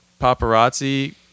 paparazzi